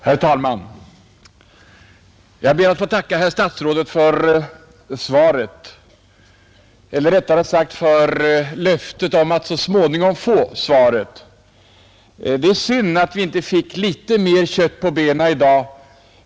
Herr talman! Jag ber att få tacka herr statsrådet för svaret, eller rättare sagt för löftet om att så småningom få ett svar på min fråga. Det är synd att vi inte fick litet mera kött på benen i dag.